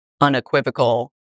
unequivocal